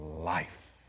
life